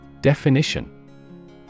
definition